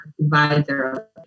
advisor